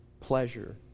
pleasure